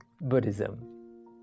buddhism